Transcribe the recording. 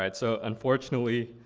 and so unfortunately,